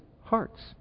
hearts